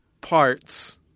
parts